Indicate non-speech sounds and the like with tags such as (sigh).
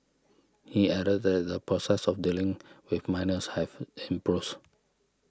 he added that the process of dealing with minors have (unintelligible)